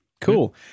cool